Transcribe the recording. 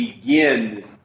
begin